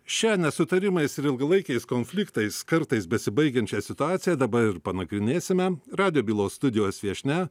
šią nesutarimais ir ilgalaikiais konfliktais kartais besibaigiančią situaciją dabar ir panagrinėsime radijo bylos studijos viešnia